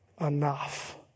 enough